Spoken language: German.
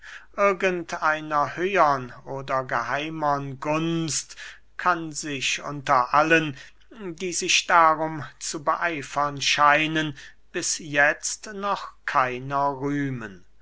einer höhern oder geheimern gunst kann sich unter allen die sich darum zu beeifern scheinen bis jetzt noch keiner rühmen